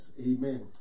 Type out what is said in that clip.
amen